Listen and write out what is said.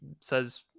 says